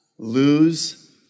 Lose